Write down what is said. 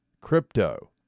crypto